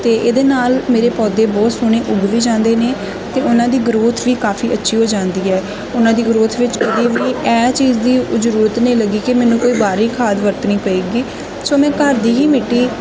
ਅਤੇ ਇਹਦੇ ਨਾਲ ਮੇਰੇ ਪੌਦੇ ਬਹੁਤ ਸੋਹਣੇ ਉੱਗ ਵੀ ਜਾਂਦੇ ਨੇ ਅਤੇ ਉਨ੍ਹਾਂ ਦੀ ਗ੍ਰੋਥ ਵੀ ਕਾਫ਼ੀ ਅੱਛੀ ਹੋ ਜਾਂਦੀ ਹੈ ਉਨ੍ਹਾਂ ਦੀ ਗ੍ਰੋਥ ਵਿੱਚ ਕਦੀ ਵੀ ਇਹ ਚੀਜ਼ ਦੀ ਜ਼ਰੂਰਤ ਨਹੀਂ ਲੱਗੀ ਕਿ ਮੈਨੂੰ ਕੋਈ ਬਾਹਰੀ ਖਾਦ ਵਰਤਣੀ ਪਏਗੀ ਸੋ ਮੈਂ ਘਰ ਦੀ ਹੀ ਮਿੱਟੀ